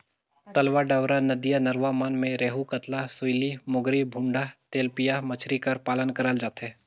तलवा डबरा, नदिया नरूवा मन में रेहू, कतला, सूइली, मोंगरी, भुंडा, तेलपिया मछरी कर पालन करल जाथे